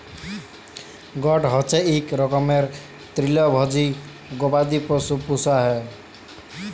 goat হচ্যে ইক রকমের তৃলভজী গবাদি পশু পূষা হ্যয়